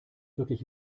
wirklich